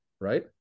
right